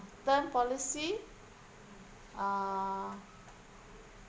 term policy uh